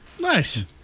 Nice